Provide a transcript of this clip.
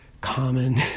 common